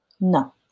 no